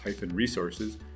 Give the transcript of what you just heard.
resources